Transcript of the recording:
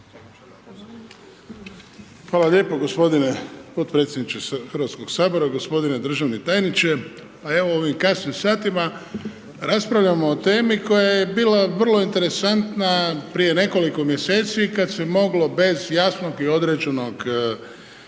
Hvala lijepo gospodine potpredsjedniče Hrvatskog sabora, gospodine državni tajniče. Pa evo u ovim kasnim satima raspravljamo o temi koja je bila vrlo interesantna prije nekoliko mjeseci kad se moglo bez jasnog i određenog